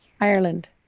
Ireland